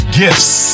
gifts